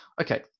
okay